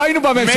לא היינו בממשלה.